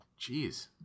Jeez